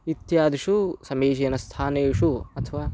इत्यादिषु समीचीनस्थानेषु अथवा